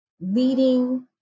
leading